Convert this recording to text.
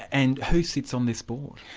and who sits on this board?